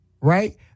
Right